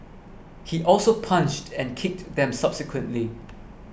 he also punched and kicked them subsequently